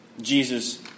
Jesus